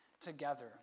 together